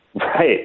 Right